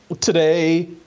today